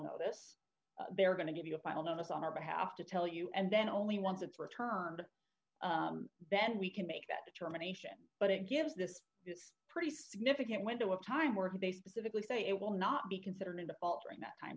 notice they're going to give you a final notice on our behalf to tell you and then only once it's returned then we can make that determination but it gives this it's pretty significant window of time were they specifically say it will not be considered in the faltering that time